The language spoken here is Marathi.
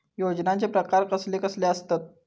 योजनांचे प्रकार कसले कसले असतत?